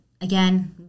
again